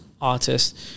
artist